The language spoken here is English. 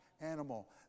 animal